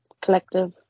collective